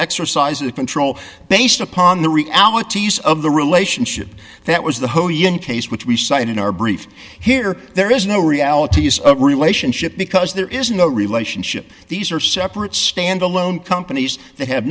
exercise of control based upon the realities of the relationship that was the case which we cited in our brief here there is no reality use relationship because there is no relationship these are separate standalone companies that have